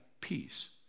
peace